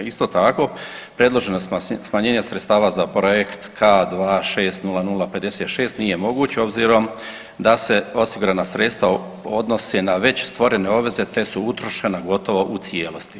Isto tako, predloženo smanjenje sredstava za projekt K260056 nije moguće obzirom da se osigurana sredstva odnose na već stvorene obveze te su utrošena gotovo u cijelosti.